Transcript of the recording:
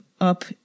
up